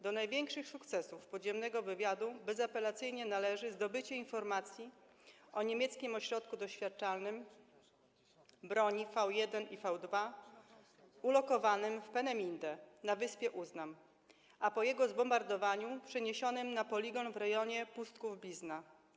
Do największych sukcesów podziemnego wywiadu bezapelacyjnie należy zdobycie informacji o niemieckim ośrodku doświadczalnym broni V1 i V2 ulokowanym w Peenemünde na wyspie Uznam, a po jego zbombardowaniu przeniesionym na poligon w rejonie Pustków-Blizna.